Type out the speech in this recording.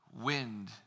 wind